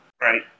right